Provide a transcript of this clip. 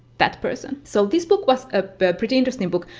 that person. so this book was a pretty interesting book,